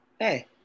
Hey